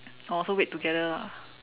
oh so wait together lah